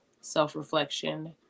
self-reflection